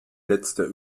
letzte